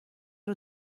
روی